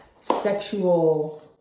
sexual